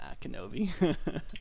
kenobi